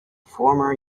former